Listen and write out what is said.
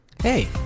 Hey